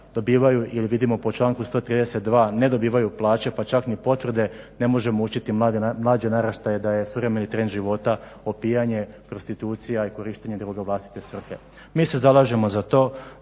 dobivaju ili vidimo po članku 132.ne dobivaju plaće pa čak ni potvrde ne možemo učiti mlađe naraštaje da je suvremeni trend života opijanje, prostitucija i korištenje droga u vlastite svrhe. Mi se zalažemo za to